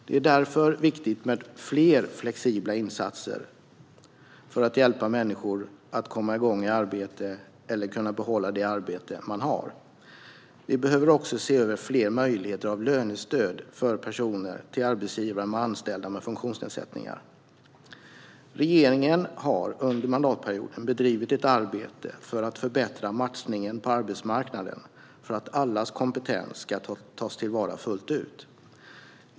Det är därför viktigt med fler flexibla insatser för att hjälpa människor att komma igång i arbete eller kunna behålla det arbete de har. Vi behöver också se över fler möjligheter till lönestöd för personer till arbetsgivare som har anställda med funktionsnedsättningar. Regeringen har under mandatperioden bedrivit ett arbete för att förbättra matchningen på arbetsmarknaden för att allas kompetens ska tas till vara fullt ut.